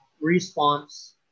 response